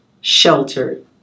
sheltered